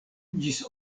ĝis